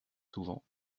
souvent